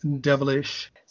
devilish